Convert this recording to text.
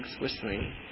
whistling